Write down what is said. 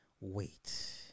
Wait